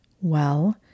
Well